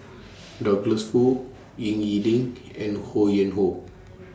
Douglas Foo Ying E Ding and Ho Yuen Hoe